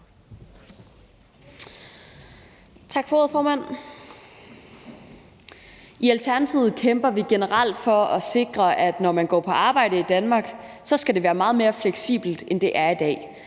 I Alternativet kæmper vi generelt for at sikre, at når man går på arbejde i Danmark, skal det være meget mere fleksibelt, end det er i dag.